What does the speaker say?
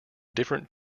different